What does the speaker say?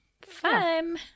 fun